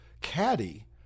caddy